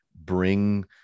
bring